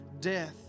death